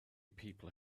people